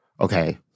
okay